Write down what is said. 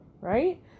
right